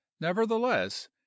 nevertheless